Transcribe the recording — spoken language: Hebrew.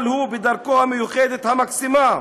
אבל הוא, בדרכו המיוחדת, המקסימה,